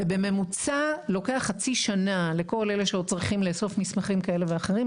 ובממוצע לוקח חצי שנה לכל אלה שעוד צריכים לאסוף מסמכים כאלה ואחרים,